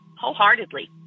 wholeheartedly